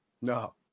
No